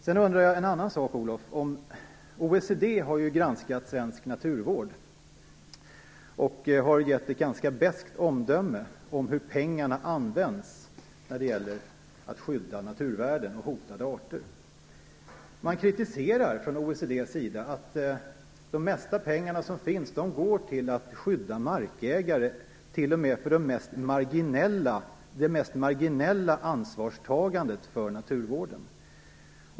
Jag undrar också en annan sak, Olof Johansson. OECD har granskat svensk naturvård och avgivit ett ganska beskt omdöme om hur pengarna används när det gäller att skydda naturvärden och hotade arter. Man kritiserar från OECD att det mesta av pengarna går åt till att skydda markägare från t.o.m. det mest marginella ansvarstagandet för naturvården.